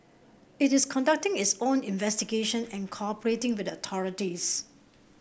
it is conducting its own investigation and cooperating with the authorities